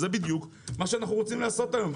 שזה בדיוק מה שאנחנו רוצים לעשות היום.